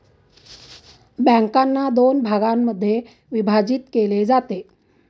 बँकांना दोन भागांमध्ये विभाजित केले जाते